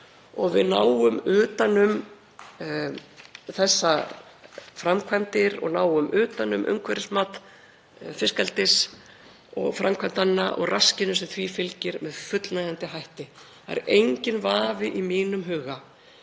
að við náum utan um þessar framkvæmdir og náum utan um umhverfismat fiskeldisframkvæmdanna og raskið sem því fylgir með fullnægjandi hætti. Það er enginn vafi í mínum huga